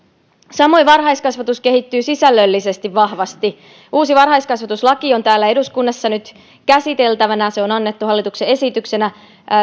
samoin varhaiskasvatus kehittyy sisällöllisesti vahvasti uusi varhaiskasvatuslaki on täällä eduskunnassa nyt käsiteltävänä se on annettu hallituksen esityksenä